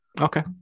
Okay